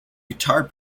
guitar